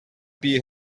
beer